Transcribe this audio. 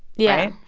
yeah,